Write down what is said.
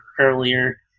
earlier